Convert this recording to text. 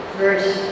verse